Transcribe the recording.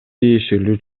тиешелүү